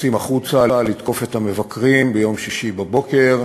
יוצאים החוצה לתקוף את המבקרים ביום שישי בבוקר.